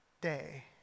day